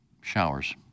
showers